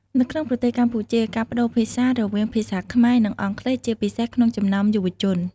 នៅក្នុងប្រទេសកម្ពុជា ការប្តូរភាសារវាងភាសាខ្មែរ និងអង់គ្លេសជាពិសេសក្នុងចំណោមយុវជន។